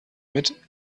mit